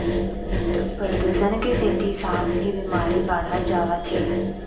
परदूसन के सेती सांस के बिमारी बाढ़त जावत हे